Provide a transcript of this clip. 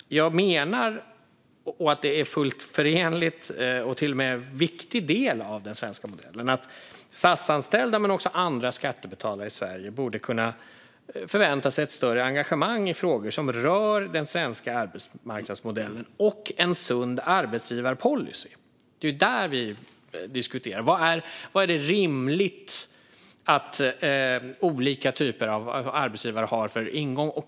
Jag menar att det är fullt förenligt, och är viktigt, med den svenska modellen att SAS-anställda och andra skattebetalare borde kunna förvänta sig ett större engagemang i frågor som rör den svenska arbetsmarknadsmodellen och en sund arbetsgivarpolicy. Det är vad vi diskuterar. Vad är rimligt att olika typer av arbetsgivare har för ingång?